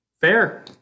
Fair